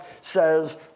says